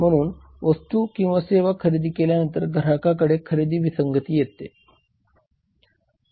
म्हणून वस्त्तु किंवा सेवा खरेदी केल्यानंतर ग्राहकाकडे खरेदी विसंगती असेल